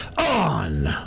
On